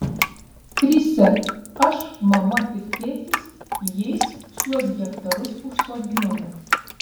trise aš mama ir tėtis jais šiuos hektarus užsodinome